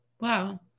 wow